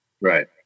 right